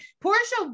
Portia